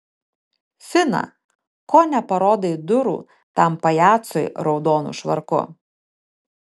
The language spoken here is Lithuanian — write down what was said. fina ko neparodai durų tam pajacui raudonu švarku